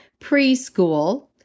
preschool